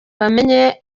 bamenye